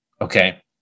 okay